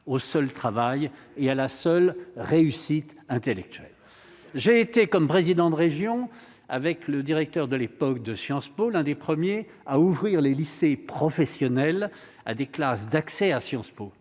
au seul travail et à la seule réussite intellectuelle, j'ai été comme président de région avec le directeur de l'époque de Sciences Po, l'un des premiers à ouvrir les lycées professionnels, à des classes d'accès à Sciences Po,